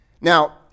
Now